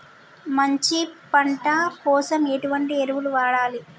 మంచి పంట కోసం ఎటువంటి ఎరువులు వాడాలి?